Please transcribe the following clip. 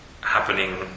happening